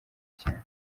cyane